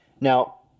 Now